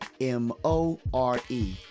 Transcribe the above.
M-O-R-E